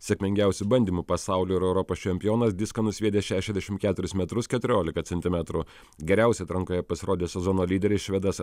sėkmingiausiu bandymu pasaulio ir europos čempionas diską nusviedė šešiasdešim keturis metrus keturiolika centimetrų geriausiai atrankoje pasirodė sezono lyderis švedas